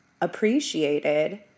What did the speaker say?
appreciated